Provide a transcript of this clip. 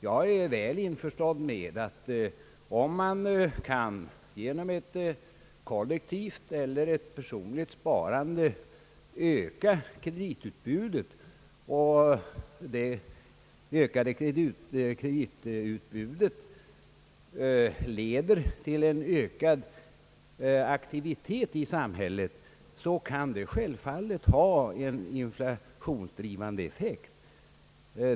Jag är väl införstådd med att om man genom ett kollektivt eller ett personligt sparande kan öka kreditutbudet och detta leder till en ökad aktivitet i samhället, så kan det självfallet få en inflationsdrivande effekt.